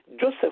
Joseph